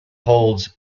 holds